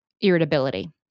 irritability